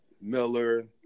Miller